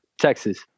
Texas